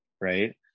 right